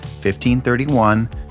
1531